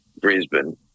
Brisbane